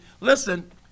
listen